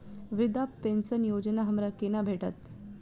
वृद्धा पेंशन योजना हमरा केना भेटत?